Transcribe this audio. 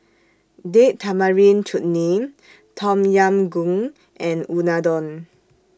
Date Tamarind Chutney Tom Yam Goong and Unadon